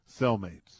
Cellmates